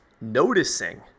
noticing